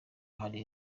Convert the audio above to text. hari